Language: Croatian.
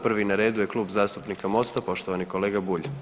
Prvi na redu je Klub zastupnika Mosta poštovani kolega Bulj.